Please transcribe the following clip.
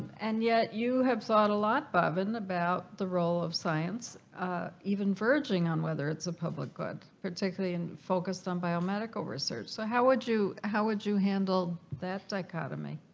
and yet you have thought a lot button about the role of science even verging on whether it's a public good particularly and focused on biomedical research so how would you how would you handle that dichotomy